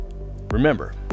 Remember